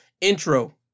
intro